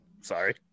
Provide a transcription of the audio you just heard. Sorry